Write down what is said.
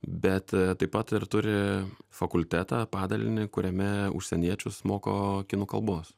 bet taip pat ir turi fakultetą padalinį kuriame užsieniečius moko kinų kalbos